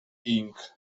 inc